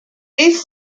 these